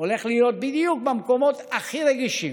הולך להיות בדיוק במקומות הכי רגישים,